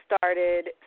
started